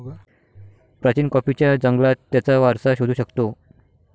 प्राचीन कॉफीच्या जंगलात त्याचा वारसा शोधू शकतो